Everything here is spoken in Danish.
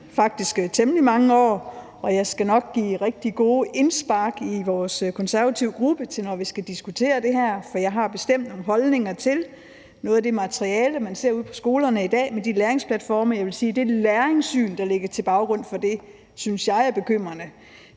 faktisk temmelig mange år, og jeg skal nok give rigtig gode indspark til vores konservative gruppe, når vi skal diskutere det her. For jeg har bestemt nogle holdninger til noget af det materiale, man ser ude på skolerne i dag, og de læringsplatforme, og jeg vil sige, at det læringssyn, der ligger til grund for det, synes jeg er bekymrende.